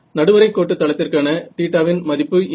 நடுவரை கோட்டு தளத்திற்கான தீட்டாவின் மதிப்பு என்ன